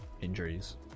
injuries